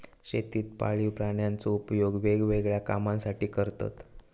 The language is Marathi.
शेतीत पाळीव प्राण्यांचो उपयोग वेगवेगळ्या कामांसाठी करतत